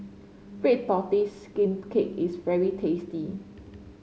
Red Tortoise Steamed Cake is very tasty